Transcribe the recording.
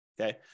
okay